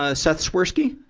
ah seth swirsky?